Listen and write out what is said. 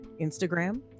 Instagram